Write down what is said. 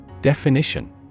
Definition